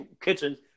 Kitchens